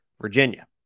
Virginia